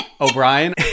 O'Brien